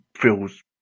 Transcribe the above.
feels